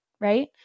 right